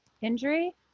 injury